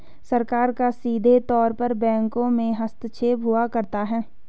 सरकार का सीधे तौर पर बैंकों में हस्तक्षेप हुआ करता है